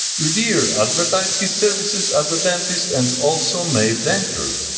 revere advertised his services as a dentist and also made dentures.